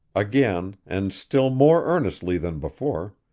again, and still more earnestly than before,